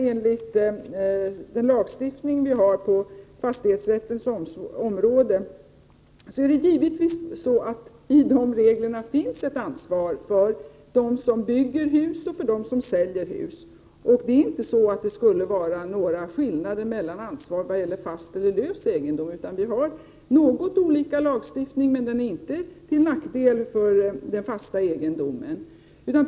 Enligt den lagstiftning vi har på fastighetsrättens område finns givetvis regler för ett ansvar för dem som bygger och säljer hus. Det är inte så att det skulle vara några skillnader i ansvar när det gäller fast resp. lös egendom. Vi har något olika lagstiftning, men den är inte till nackdel för den fasta egendomen.